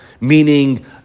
meaning